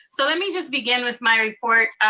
so let me just begin with my report.